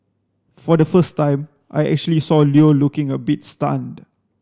for the first time I actually saw Leo looking a bit stunned